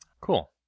Cool